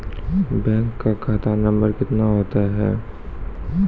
Bank का खाता number कितने होते हैं?